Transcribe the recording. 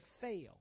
fail